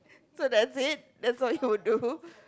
so that's it that's what you will do